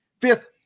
Fifth